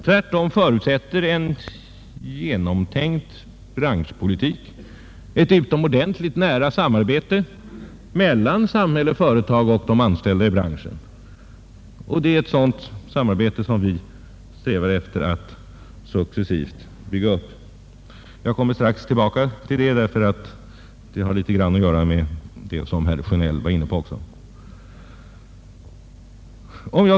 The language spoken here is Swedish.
Tvärtom är ett nära samarbete mellan samhälle, företag och de anställda i branschen förutsättningen för en genomtänkt branschpolitik. Det är också ett sådant samarbete som vi strävar efter att successivt bygga upp. Jag återkommer strax till detta, eftersom det har litet att göra också med det som herr Sjönell var inne på.